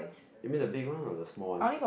you mean the big one or the small one